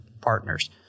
partners